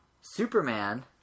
Superman